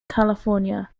california